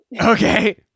Okay